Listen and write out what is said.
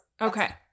Okay